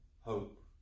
hope